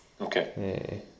Okay